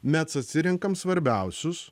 mes atsirenkam svarbiausius